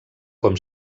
com